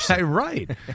Right